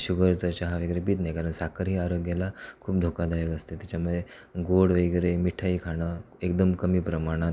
शुगरचा चहा वगैरे पीत नाही कारण साखर ही आरोग्याला खूप धोकादायक असते त्याच्यामुळे गोड वगैरे मिठाई खाणं एकदम कमी प्रमाणात